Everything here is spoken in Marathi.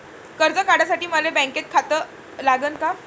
कर्ज काढासाठी मले बँकेत खातं लागन का?